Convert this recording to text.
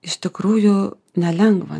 iš tikrųjų nelengva